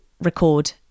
record